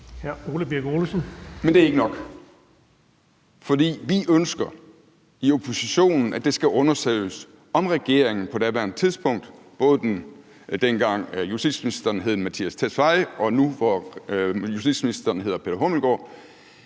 Men det er ikke nok, for vi ønsker i oppositionen, at det skal undersøges, om regeringen på daværende tidspunkt – både dengang justitsministeren hed Mattias Tesfaye og nu, hvor justitsministeren hedder Peter Hummelgaard